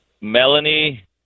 Melanie